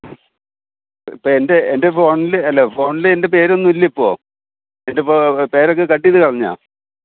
ഇപ്പോൾ എൻ്റെ എൻ്റെ ഫോണിൽ അല്ല ഫോണിൽ എൻ്റെ പേരൊന്നുമില്ലിപ്പോൾ എൻ്റെ പോ പേരൊക്കെ കട്ട് ചെയ്തു കളഞ്ഞോ